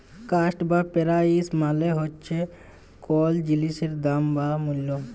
cost বা price মালে হছে কল জিলিসের দাম বা মূল্য